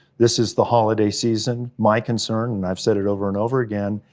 this is the holiday season, my concern, and i've said it over and over again,